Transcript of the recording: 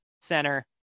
center